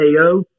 AO